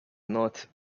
not